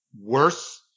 worse